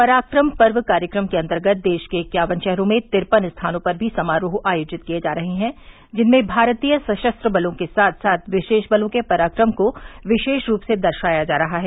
पराक्रम पर्व कार्यक्रम के अन्तर्गत देश के इक्यावन शहरों में तिरपन स्थानों पर भी समारोह आयोजित किए जा रहे हैं जिनमें भारतीय सशस्त्र बलों के साथ साथ विशेष बलों के पराक्रम को विशेष रूप से दर्शाया जा रहा है